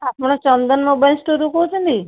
ଆପଣ ଚନ୍ଦନ ମୋବାଇଲ୍ ଷ୍ଟୋରରୁ କହୁଛନ୍ତି